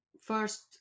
First